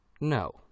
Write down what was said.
No